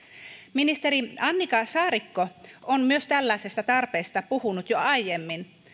ministeri annika saarikko on myös tällaisesta tarpeesta puhunut jo aiemmin